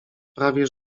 prawie